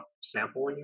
sampling